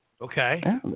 Okay